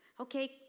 Okay